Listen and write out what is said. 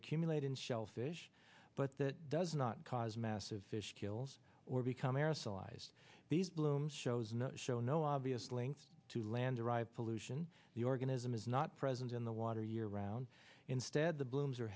accumulate in shellfish but that does not cause massive fish kills or become aerosolized bees bloom shows and show no obvious link to land derived pollution the organism is not present in the water year round instead the blooms are